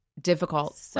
difficult